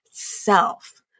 self